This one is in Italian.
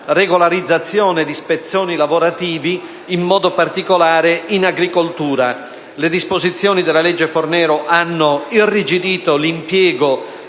regolarizzazione di spezzoni lavorativi, in modo particolare in agricoltura. Le disposizioni della legge Fornero hanno irrigidito l'impiego